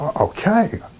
Okay